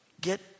get